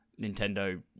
Nintendo